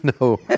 No